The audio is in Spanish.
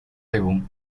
álbum